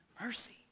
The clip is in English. mercy